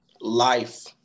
life